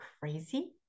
crazy